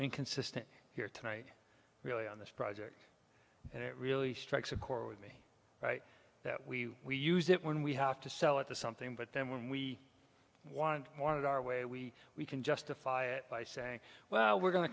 inconsistent here tonight really on this project and it really strikes a chord with me right that we use it when we have to sell it to something but then when we want more of our way we we can justify it by saying well we're go